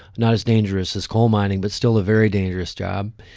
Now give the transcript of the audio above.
not as dangerous as coal mining, but still a very dangerous job.